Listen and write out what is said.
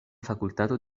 fakultato